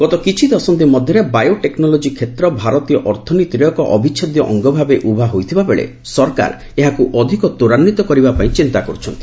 ଗତ କିଛି ଦଶନ୍ଧି ମଧ୍ୟରେ ବାୟୋ ଟେକ୍ରୋଲୋଜି କ୍ଷେତ୍ର ଭାରତୀୟ ଅର୍ଥନୀତିର ଏକ ଅବିଚ୍ଛେଦ୍ୟ ଅଙ୍ଗ ଭାବରେ ଉଭା ହୋଇଥିବାବେଳେ ସରକାର ଏହାକୁ ଅଧିକ ତ୍ୱରାନ୍ୱିତ କରିବାପାଇଁ ଚିନ୍ତା କର୍ତ୍ଥନ୍ତି